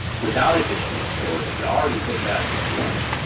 without additional storage, had already hit that limit.